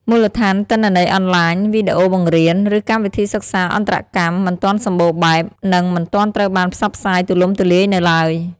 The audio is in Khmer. មូលដ្ឋានទិន្នន័យអនឡាញ វីដេអូបង្រៀន ឬកម្មវិធីសិក្សាអន្តរកម្ម មិនទាន់សម្បូរបែប និងមិនទាន់ត្រូវបានផ្សព្វផ្សាយទូលំទូលាយនៅឡើយ។